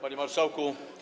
Panie Marszałku!